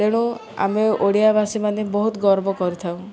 ତେଣୁ ଆମେ ଓଡ଼ିଆବାସୀ ମାନେ ବହୁତ ଗର୍ବ କରିଥାଉ